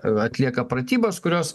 atlieka pratybas kurios